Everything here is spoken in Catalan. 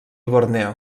borneo